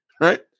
right